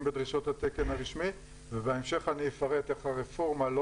בדרישות התקן הרשמי ובהמשך אפרט איך הרפורמה לא